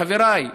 חבריי,